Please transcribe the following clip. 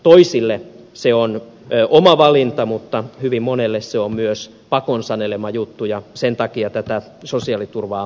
toisille se on oma valinta mutta hyvin monelle se on myös pakon sanelema juttu ja sen takia tätä sosiaaliturvaa on kehitettävä